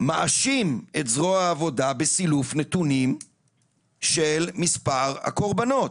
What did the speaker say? מאשים את זרוע העבודה בסילוף נתונים של מספר הקורבנות,